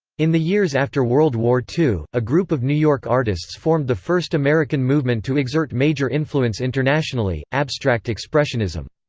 in the years after world war ii, a group of new york artists formed the first american movement to exert major influence internationally abstract expressionism.